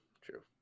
true